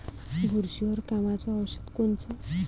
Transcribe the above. बुरशीवर कामाचं औषध कोनचं?